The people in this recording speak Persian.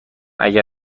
اگر